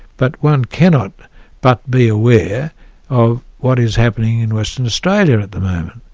but one cannot but be aware of what is happening in western australia at the moment.